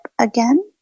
again